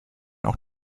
auch